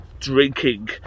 drinking